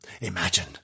Imagine